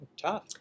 tough